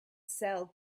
sell